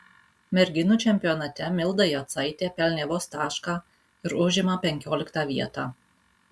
merginų čempionate milda jocaitė pelnė vos tašką ir užima penkioliktą vietą